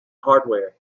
hardware